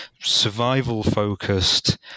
survival-focused